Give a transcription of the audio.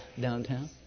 downtown